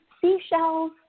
seashells